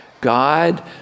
God